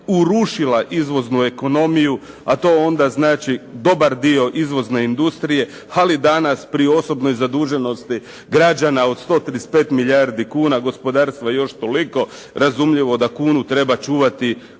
urušila izvoznu ekonomiju, a to onda znači dobar dio izvozne industrije, ali danas pri osobnoj zaduženosti građana od 135 milijardi kuna, gospodarstva još toliko razumljivo da kunu treba čuvati